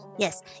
Yes